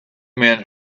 men